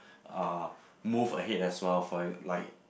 uh move ahead as well for like